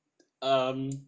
um